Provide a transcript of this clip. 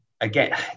again